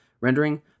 rendering